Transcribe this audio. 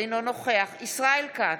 אינו נוכח ישראל כץ,